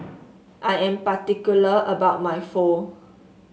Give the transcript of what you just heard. I am particular about my Pho